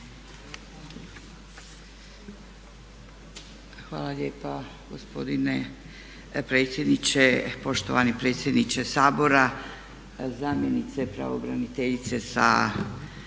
Hvala lijepa gospodine predsjedniče, poštovani predsjedniče Sabora, zamjenice pravobraniteljice sa